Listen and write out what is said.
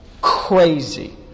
crazy